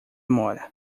mora